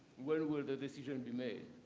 when will the decision be made?